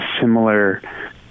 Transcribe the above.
similar